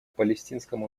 палестинскому